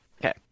Okay